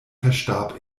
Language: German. verstarb